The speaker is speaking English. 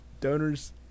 Donors